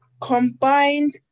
combined